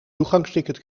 toegangsticket